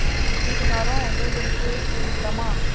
ஆ sweet காரம் cool drinks சொல்லிக்கலாம்மா